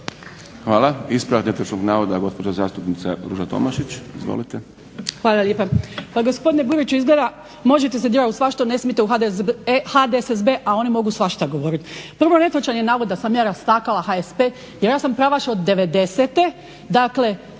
govoriti. Drugo netočan je navod da sam ja rastakala HSP, jer ja sam pravaš od